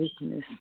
weakness